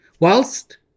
Whilst